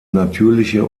natürliche